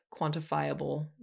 quantifiable